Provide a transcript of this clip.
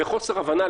בחוסר הבנה,